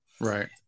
Right